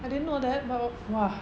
I didn't know that but !wah!